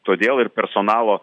todėl ir personalo